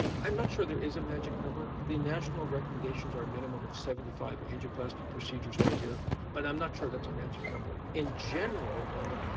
i'm not sure there is a magic number, the national recommendations are a minimum of seventy five angioplasty procedures per year but i'm not sure that's a magic number. in general, norman,